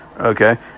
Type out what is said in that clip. Okay